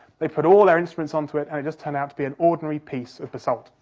they put all their instruments onto it and it just turned out to be an ordinary piece of basalt,